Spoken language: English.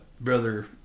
brother